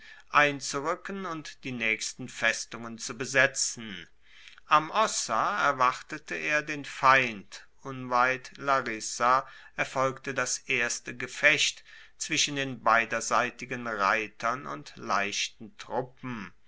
einzuruecken und die naechsten festungen zu besetzen am ossa erwartete er den feind und unweit larisa erfolgte das erste gefecht zwischen den beiderseitigen reitern und leichten truppen